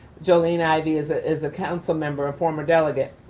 jolene ivey is ah is a council member, a former delegate.